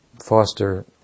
foster